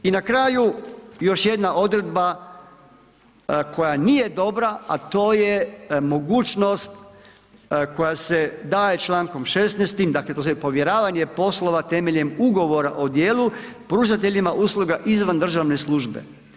I na kraju, još jedna odredba koja nije dobra a to je mogućnost koja se daje člankom 16.-tim dakle to je povjeravanje poslova temeljem ugovora o djelu pružateljima usluga izvan državne službe.